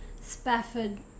Spafford